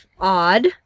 odd